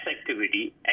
activity